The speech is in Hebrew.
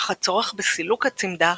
אך הצורך בסילוק הצימדה,